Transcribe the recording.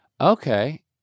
Okay